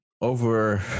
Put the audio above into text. over